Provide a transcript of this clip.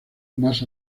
más